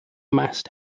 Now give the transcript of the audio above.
mast